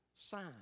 sign